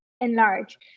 enlarge